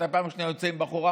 אתה פעם שנייה יוצא עם בחורה,